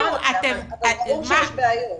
ברור שיש בעיות.